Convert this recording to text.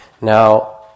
Now